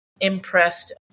impressed